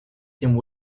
dem